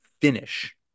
finish